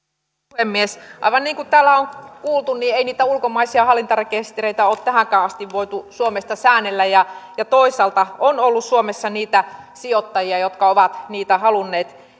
puhemies aivan niin kuin täällä on kuultu niin ei niitä ulkomaisia hallintarekistereitä ole tähänkään asti voitu suomesta säännellä ja ja toisaalta suomessa on ollut niitä sijoittajia jotka ovat niitä halunneet